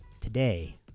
Today